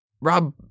Rob